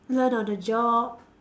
learn on the job